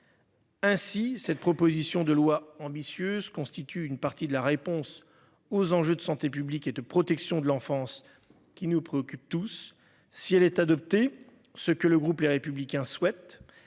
Ainsi cette proposition de loi ambitieuse constitue une partie de la réponse aux enjeux de santé publique et de protection de l'enfance qui nous préoccupe tous, si elle est adoptée, ce que le groupe Les Républicains souhaitent